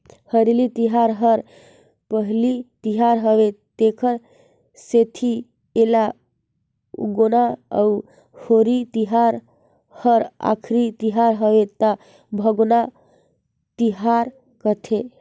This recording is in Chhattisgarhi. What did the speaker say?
हरेली तिहार हर पहिली तिहार हवे तेखर सेंथी एला उगोना अउ होरी तिहार हर आखरी तिहर हवे त भागोना तिहार कहथें